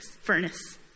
furnace